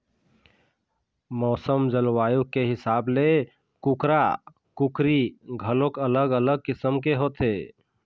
मउसम, जलवायु के हिसाब ले कुकरा, कुकरी घलोक अलग अलग किसम के होथे